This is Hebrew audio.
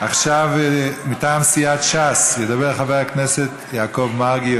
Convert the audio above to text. מטעם סיעת ש"ס ידבר חבר הכנסת יעקב מרגי,